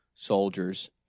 Soldiers